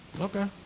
okay